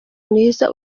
mwiza